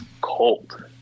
cold